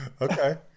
Okay